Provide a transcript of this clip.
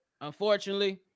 unfortunately